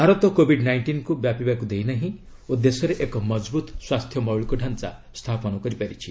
Bharat covid ନାଇଷ୍ଟିନ୍କୁ ବ୍ୟାପିବାକୁ ଦେଇନାହିଁ ଓ ଦେଶରେ ଏକ ମଜବୁତ୍ ସ୍ୱାସ୍ଥ୍ୟ ମୌଳିକ ଢାଞ୍ଚା ସ୍ଥାପନ କରିପାରିଛି